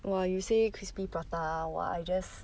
!wah! you say crispy prata ah !wah! I just